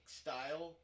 style